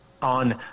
on